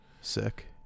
Sick